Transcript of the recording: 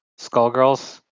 Skullgirls